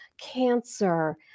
cancer